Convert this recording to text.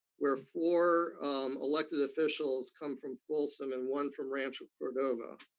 where four elected officials come from folsom and one from rancho cordova.